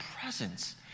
presence